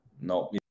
No